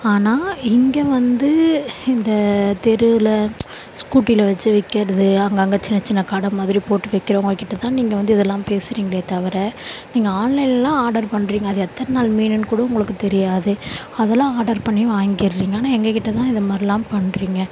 ஆனால் இங்கே வந்து இந்த தெருவில் ஸ்கூட்டியில் வச்சு விற்கிறது அங்கே அங்கே சின்ன சின்ன கடை மாதிரி போட்டு விற்கிறவங்கக் கிட்டே தான் நீங்கள் வந்து இதெல்லாம் பேசுகிறிங்களே தவிர நீங்கள் ஆன்லைன்லெல்லாம் ஆர்டர் பண்ணுறிங்க அது எத்தனை நாள் மீனென்னு கூட உங்களுக்கு தெரியாது அதெல்லாம் ஆர்டர் பண்ணி வாங்கிக்கிடுறிங்க ஆனால் எங்கள் கிட்டே தான் இந்தமாதிரிலாம் பண்ணுறிங்க